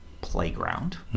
playground